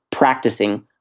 practicing